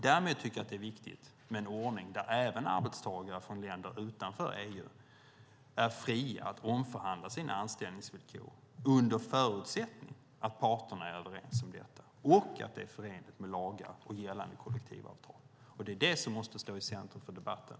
Däremot är det viktigt med en ordning där även arbetstagare från länder utanför EU är fria att omförhandla sina anställningsvillkor, under förutsättning att parterna är överens om detta och att det är förenligt med lagar och gällande kollektivavtal. Det måste stå i centrum för debatten.